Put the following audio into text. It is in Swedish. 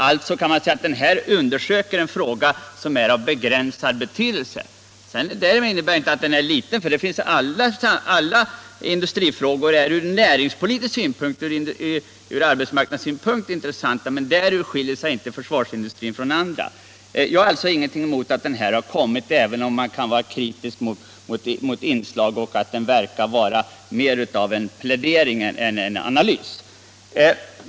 Därför kan man säga att denna fråga har begränsad betydelse. Det innebär dock inte att den är liten, eftersom alla industrifrågor ur näringspolitisk och arbetsmarknadsmässig synpunkt är intressanta. Ur den aspekten skiljer sig inte försvarsindustrin från andra industrier. Jag har alltså inget emot att utredningen om flygplansindustrin framlagts, även om man kan vara kritisk mot en del inslag i den och även om den mera verkar vara en plädering än en analys.